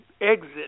exit